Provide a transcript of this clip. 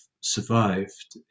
survived